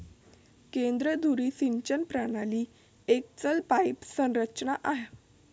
केंद्र धुरी सिंचन प्रणाली एक चल पाईप संरचना हा